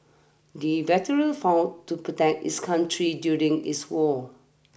the veteran fought to protect his country during this war